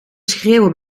schreeuwen